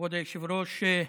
כבוד היושב-ראש.